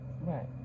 Right